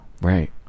right